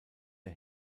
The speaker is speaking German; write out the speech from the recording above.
der